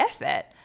effort